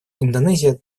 индонезия